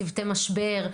צוותי משבר,